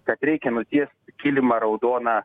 kad reikia nutiest kilimą raudoną